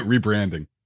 Rebranding